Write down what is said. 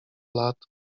lat